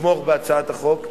לתמוך בהצעת החוק.